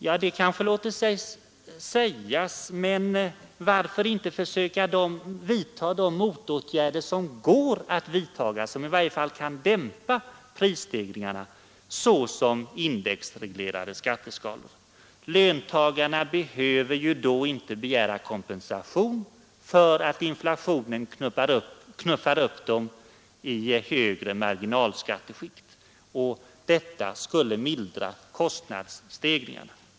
Ja, det låter sig säga, men varför inte försöka de motåtgärder som går att vidta och som i varje fall kan dämpa prisstegringarna, såsom bl.a. indexreglerade skatteskalor? Löntagarna behöver då inte begära kompensation för att inflationen knuffar upp dem i högre marginalskatteskikt, och detta skulle mildra kostnadsstegringarna.